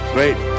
Great